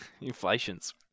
Inflations